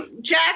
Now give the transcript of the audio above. Jack